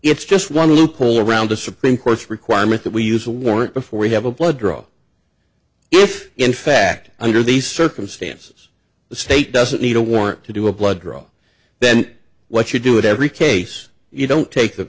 it's just one loophole around the supreme court's requirement that we use a warrant before we have a blood draw if in fact under these circumstances the state doesn't need a warrant to do a blood draw then what you do it every case you don't take the